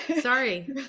Sorry